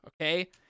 okay